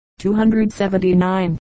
279